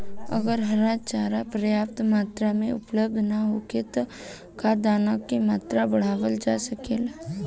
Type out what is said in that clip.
अगर हरा चारा पर्याप्त मात्रा में उपलब्ध ना होखे त का दाना क मात्रा बढ़ावल जा सकेला?